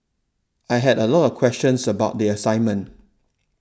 I had a lot of questions about the assignment